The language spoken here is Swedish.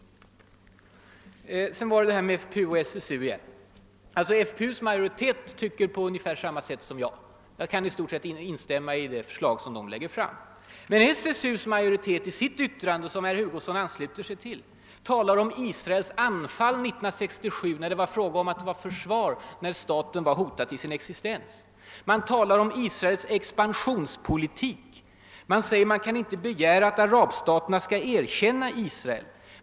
Reg Sedan var det detta med FPU och SSU igen. FPU:s majoritet i styrelsen tycker ungefär detsamma som jag; jag kan i stort sett instämma i de förslag som: de har lagt fram. Men SSU:s majoritet talar i sitt yttrande, som herr Hugosson ansluter sig till, om »Israels anfallskrig 1967» när det var ett försvar för att staten var hotad till sinexistens. Man talar. om Israels »expansionspolitik». Man säger att man inte kan begära att Arabstaterna skall erkänna Israel.